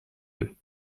deux